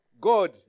God